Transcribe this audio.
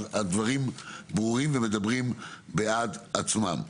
הדברים ברורים ומדברים בעד עצמם.